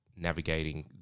navigating